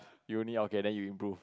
you only okay then you improve